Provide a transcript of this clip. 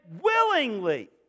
willingly